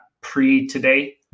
pre-today